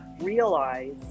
realize